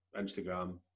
Instagram